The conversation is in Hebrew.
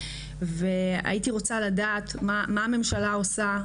והייתי רוצה לדעת מה הממשלה עושה,